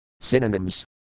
Synonyms